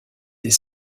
des